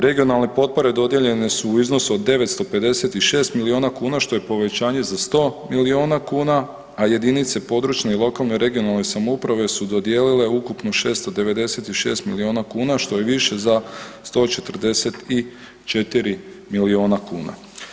Regionalne potpore dodijeljene su u iznosu od 956 milijuna kuna, što je povećanje za 100 milijuna kuna, a jedinice područne i lokalne i regionalne samouprave su dodijelile ukupno 696 milijuna kuna, što je više za 144 milijuna kuna.